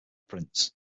prince